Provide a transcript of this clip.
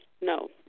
No